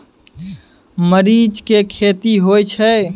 मरीच के खेती होय छय?